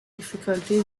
difficulty